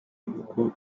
uko